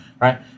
right